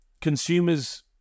consumers